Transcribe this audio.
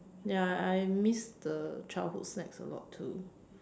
ya I miss the childhood snacks a lot too